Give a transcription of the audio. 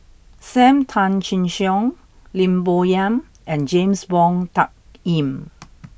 Sam Tan Chin Siong Lim Bo Yam and James Wong Tuck Yim